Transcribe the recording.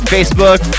Facebook